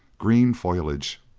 green foliage,